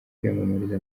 kwiyamamariza